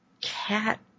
cat